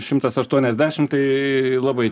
šimtas aštuoniasdešimt tai labai